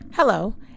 Hello